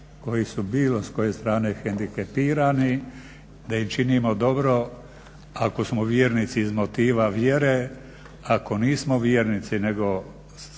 koji su bilo s koje strane hendikepirani, da im činimo dobro ako smo vjernici iz motiva vjere, ako nismo vjernici nego